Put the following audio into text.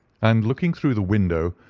and, looking through the window,